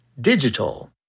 digital